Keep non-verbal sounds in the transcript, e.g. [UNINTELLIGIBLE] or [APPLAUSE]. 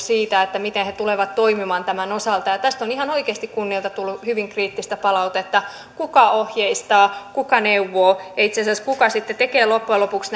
[UNINTELLIGIBLE] siitä miten he tulevat toimimaan tämän osalta tästä on ihan oikeasti kunnilta tullut hyvin kriittistä palautetta kuka ohjeistaa kuka neuvoo kuka itse asiassa sitten tekee loppujen lopuksi [UNINTELLIGIBLE]